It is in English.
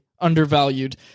undervalued